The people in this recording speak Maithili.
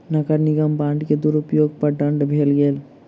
नगर निगम बांड के दुरूपयोग पर दंड देल गेल